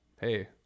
hey